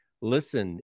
Listen